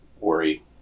worry